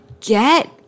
get